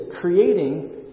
creating